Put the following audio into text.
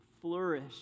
flourish